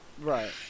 Right